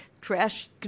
trash